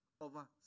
over